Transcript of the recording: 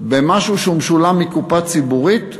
במשהו שהוא משולם מקופה ציבורית,